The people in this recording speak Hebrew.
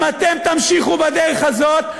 אם אתם תמשיכו בדרך הזאת,